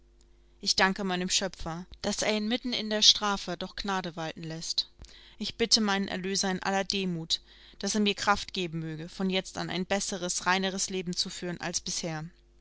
ich danke meinem schöpfer daß er inmitten in der strafe doch gnade walten läßt ich bitte meinen erlöser in aller demut daß er mir kraft geben möge von jetzt an ein besseres reineres leben zu führen als bisher